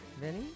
Vinny